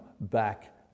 back